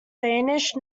danish